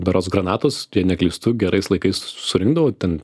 berods granatos jei neklystu gerais laikais surinkdavau ten